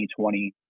2020